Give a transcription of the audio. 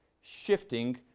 shifting